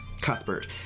Cuthbert